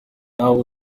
nyawo